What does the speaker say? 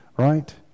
Right